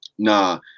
Nah